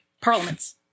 Parliament's